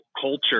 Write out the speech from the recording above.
culture